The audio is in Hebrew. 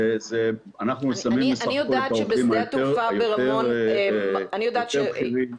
אנחנו שמים בסך הכול את העובדים היותר בכירים.